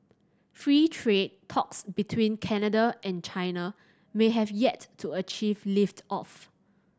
free trade talks between Canada and China may have yet to achieve lift off